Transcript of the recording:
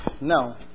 No